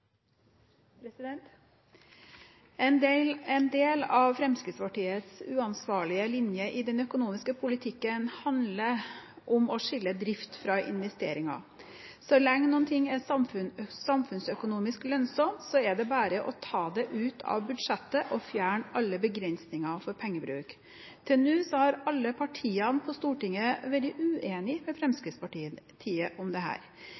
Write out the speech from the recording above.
replikkordskifte. En del av Fremskrittspartiets uansvarlige linje i den økonomiske politikken handler om å skille drift fra investeringer. Så lenge noe er samfunnsøkonomisk lønnsomt, er det bare å ta det ut av budsjettet og fjerne alle begrensninger for pengebruk. Til nå har alle partiene på Stortinget vært uenig med Fremskrittspartiet om dette. Det